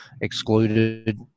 Excluded